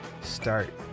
Start